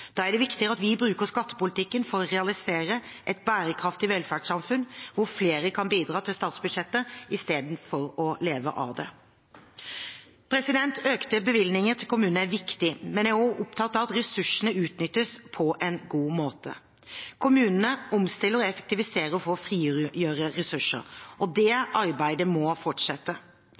Da er det viktigere at vi bruker skattepolitikken for å realisere et bærekraftig velferdssamfunn, hvor flere kan bidra til statsbudsjettet i stedet for å leve av det. Økte bevilgninger til kommunene er viktig, men jeg er også opptatt av at ressursene utnyttes på en god måte. Kommunene omstiller og effektiviserer for å frigjøre ressurser. Det arbeidet må fortsette.